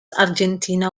argentina